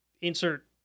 insert